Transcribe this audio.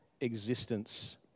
existence